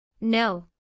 No